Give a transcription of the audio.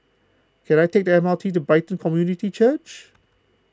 can I take the M R T to Brighton Community Church